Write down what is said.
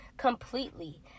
Completely